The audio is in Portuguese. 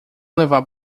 levar